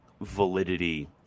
validity